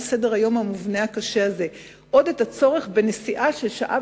סדר-היום המובנה הקשה הזה עוד את הצורך בנסיעה של שעה